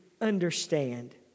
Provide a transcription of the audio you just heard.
understand